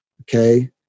okay